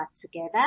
together